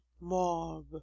mob